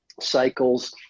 cycles